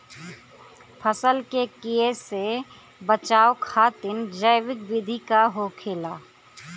फसल के कियेसे बचाव खातिन जैविक विधि का होखेला?